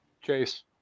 Chase